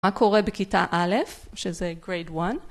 מה קורה בכיתה א', שזה grade 1.